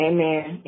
Amen